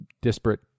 disparate